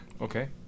okay